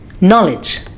knowledge